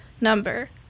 number